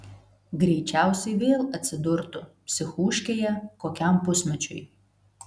greičiausiai vėl atsidurtų psichūškėje kokiam pusmečiui